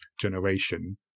generation